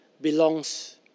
belongs